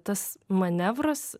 tas manevras